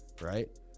right